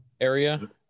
area